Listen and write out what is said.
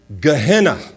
Gehenna